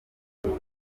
agira